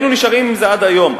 והיינו נשארים עם זה עד היום.